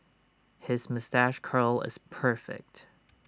his moustache curl is perfect